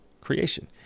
creation